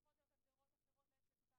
במקרה של התעמרות של עובד בעובד אחר - אנחנו